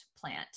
plant